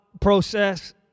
process